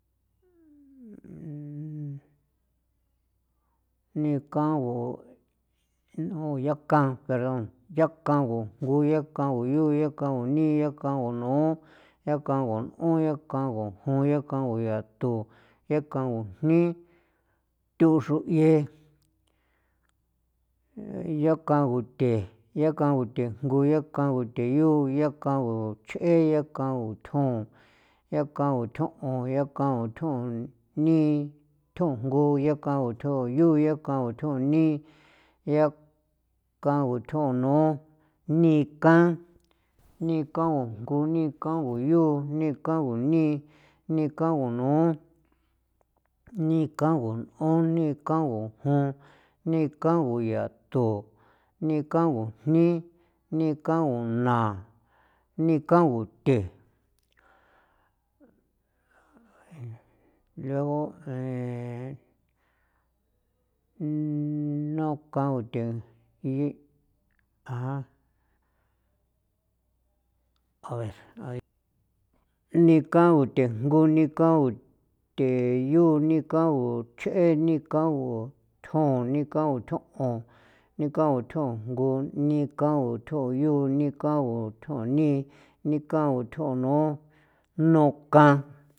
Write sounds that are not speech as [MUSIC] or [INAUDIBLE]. [HESITATION] ni kangu nu yakan perdón yakangu jngu, ya kangu yu, ya kangu nii, yakangu nu, ya kangu n'on, ya kangu jon, ya kangu yatu, ya kangu jni, thu xroye, ya kaguan the, ya kangu the jngu, ya kangu the yu, ya kangu ch'e, ya kangu thjon, ya kangu thjo'on, ya kangu thjon nii, thjon jngu, yakaguan thjon yu, ya kangu thjon nii, ya kangu thjon nu, nii kan, nii kaguan jngu, ni kaguan yu, nii kaguan ni, nii kaguan nu, nii kaguan n'on, nii kaguan jon, nii kaguan yatu, nii kaguan jni, nii kanguan naa, nii kangu the [HESITATION] luego e naon ka the haber hay nii kangu the jngu, ni kan the yu, nikau chjee nikau thjon ni, nikangu thjo'on, nikan gu thjon jngu, nii kaon thjon yu, nii kaon thjo'on nii, nikao thjon nu, nukan.